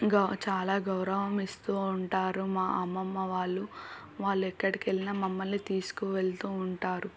గ చాలా గౌరవం ఇస్తూ ఉంటారు మా అమ్మమ్మ వాళ్ళు వాళ్ళెక్కడికెళ్ళినా మమ్మల్ని తీసుకు వెళ్తూ ఉంటారు